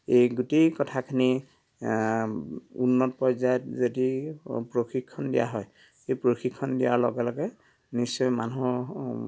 এই গোটেই কথাখিনি উন্নত পৰ্যায়ত যদি প্ৰশিক্ষণ দিয়া হয় এই প্ৰশিক্ষণ দিয়াৰ লগে লগে নিশ্চয় মানুহৰ